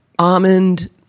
Almond